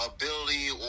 ability